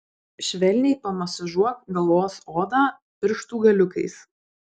švelniai pamasažuok galvos odą pirštų galiukais